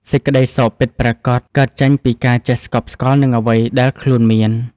សេចក្តីសុខពិតប្រាកដកើតចេញពីការចេះស្កប់ស្កល់នឹងអ្វីដែលខ្លួនមាន។